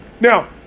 Now